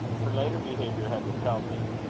her later behaviour had repelled him,